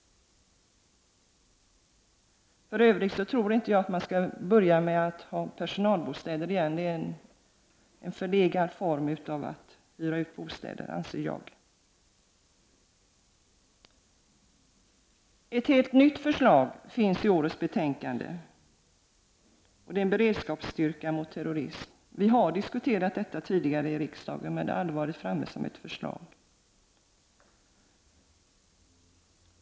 För övrigt tror inte jag att man skall ha personalbostäder; det är, enligt min mening, en förlegad form för uthyrning av bostäder. Det finns ett helt nytt förslag i årets betänkande. Det gäller en beredskapsstyrka mot terrorism. Vi har diskuterat detta tidigare i riksdagen, men det har aldrig lagts fram något förslag.